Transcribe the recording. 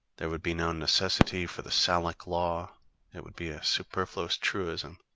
there would be no necessity for the salic law it would be a superfluous truism.